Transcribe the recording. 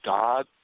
God